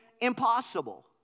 impossible